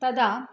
तदा